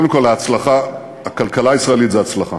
קודם כול, הכלכלה הישראלית זו הצלחה.